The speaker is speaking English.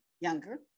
younger